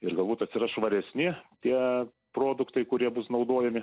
ir galbūt atsiras švaresni tie produktai kurie bus naudojami